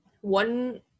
one